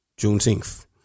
Juneteenth